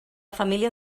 família